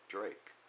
Drake